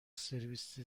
سرویس